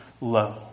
low